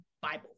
Bible